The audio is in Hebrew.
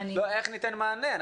איך ניתן מענה?